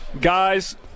guys